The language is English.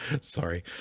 sorry